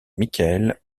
michael